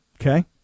Okay